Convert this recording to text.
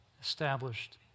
established